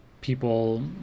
people